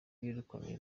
birukanywe